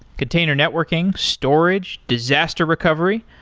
container networking, storage, disaster recovery,